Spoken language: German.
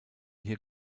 hier